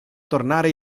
tornare